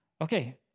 Okay